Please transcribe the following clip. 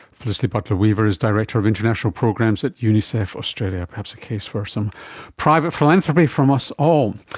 felicity butler-wever is director of international programs at unicef australia. perhaps a case for some private philanthropy from us all.